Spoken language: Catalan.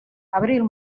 abril